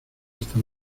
esta